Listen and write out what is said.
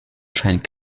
scheint